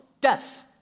death